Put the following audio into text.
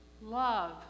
love